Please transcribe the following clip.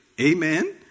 Amen